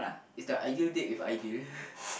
is the ideal date with an idol